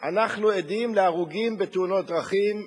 אנחנו עדים להרוגים בתאונות דרכים,